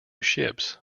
ships